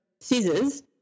scissors